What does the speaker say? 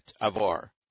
avar